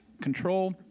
control